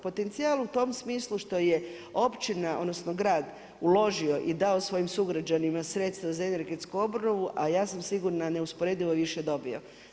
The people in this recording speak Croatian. Potencijal u tom smislu što je općina odnosno grad uložio i dao svojim sugrađanima sredstva za energetsku obnovu, a ja sam sigurna neusporedivo više dobio.